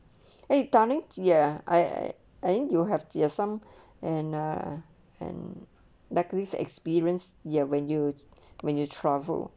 eh tonic ya I ain't you will have the some and uh and bakeries experience ya when you when you travel